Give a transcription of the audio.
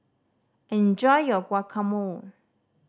enjoy your Guacamole